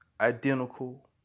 identical